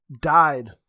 died